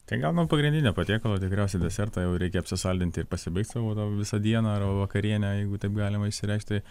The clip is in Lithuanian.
tai gal nuo pagrindinio patiekalo tikriausiai deserto jau reikia apsisaldinti ir pasibaikt savo tą visą dieną vakarienę jeigu taip galima išsireikšti